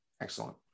excellent